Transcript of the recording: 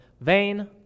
vain